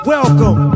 Welcome